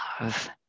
love